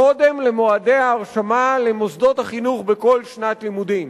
קודם למועדי ההרשמה למוסדות החינוך בכל שנת לימודים.